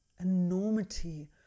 Enormity